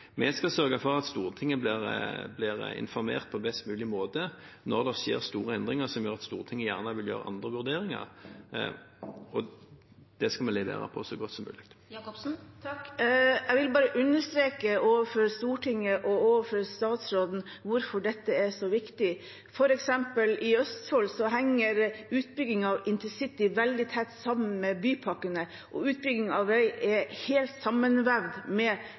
Vi skal sørge for at Stortinget blir informert på best mulig måte når det skjer store endringer som gjør at Stortinget gjerne vil gjøre andre vurderinger. Det skal vi levere på så godt som mulig. Takk. Jeg vil bare understreke overfor Stortinget og overfor statsråden hvorfor dette er så viktig. For eksempel i Østfold henger utbygging av InterCity veldig tett sammen med bypakkene, og utbygging av vei er helt sammenvevd med